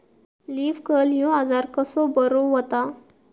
Leaf curl ह्यो आजार कसो बरो व्हता?